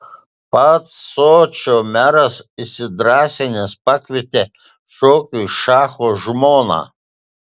pats sočio meras įsidrąsinęs pakvietė šokiui šacho žmoną